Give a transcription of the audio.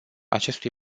acestui